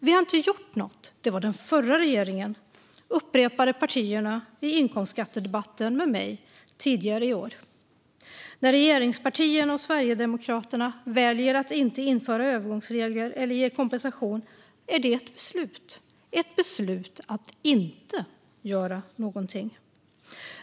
Vi har inte gjort något - det var den förra regeringen, upprepade partierna i inkomstskattedebatten med mig tidigare i år. När regeringspartierna och Sverigedemokraterna väljer att inte införa övergångsregler eller ge kompensation är det ett beslut - ett beslut att inte göra något.